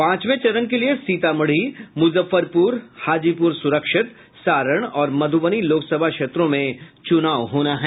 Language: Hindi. पांचवें चरण के लिए सीतामढ़ी मुजफ्फरपुर हाजीपुर सुरक्षित सारण और मधुबनी लोकसभा क्षेत्रों में चुनाव होना है